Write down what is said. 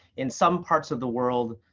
in some parts of the world,